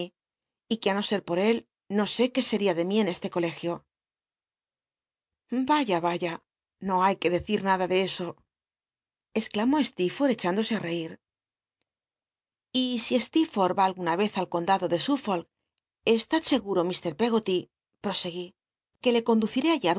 y que fi no sci pot él no sé qué sctia de mi en e tc colegio vaya vaya no hay que tlccit nada de eso exclamó stccl'follh ccluíndose ü reit y si stí forma alguna y c z al condado de sufl'olk estad seguro mr peggoty proseguí que le conducité